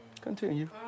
Continue